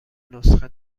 نسخه